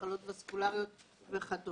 מחלות וסקולריות וכדומה.